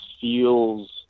feels